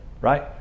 right